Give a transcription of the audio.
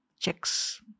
checks